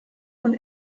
und